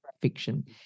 fiction